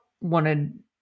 wanted